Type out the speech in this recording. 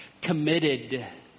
committed